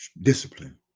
discipline